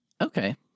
Okay